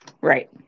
Right